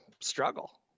struggle